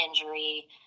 injury